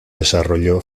desarrolló